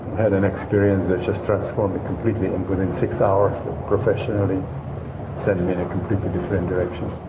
had an experience that just transformed me completely. within six hours professionally sent me in a completely different direction.